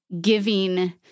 giving